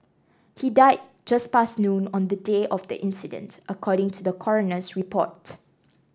he died just past noon on the day of the incident according to the coroner's report